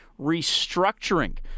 restructuring